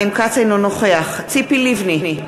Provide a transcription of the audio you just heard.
אינו נוכח ציפי לבני,